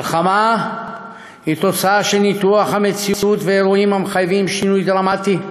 מלחמה היא תוצאה של ניתוח המציאות ואירועים המחייבים שינוי דרמטי,